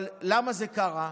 למה זה קרה?